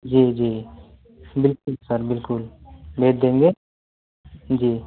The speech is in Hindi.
जी जी बिल्कुल सर बिल्कुल भेज देंगे जी